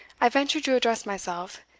i venture to address myself,